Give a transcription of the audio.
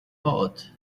out